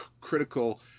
critical